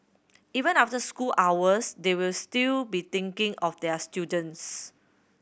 even after school hours they will still be thinking of their students